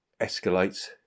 escalates